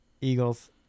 Eagles